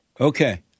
Okay